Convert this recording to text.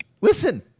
Listen